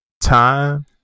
Time